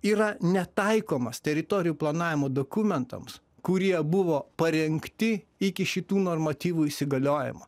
yra netaikomas teritorijų planavimo dokumentams kurie buvo parengti iki šitų normatyvų įsigaliojimo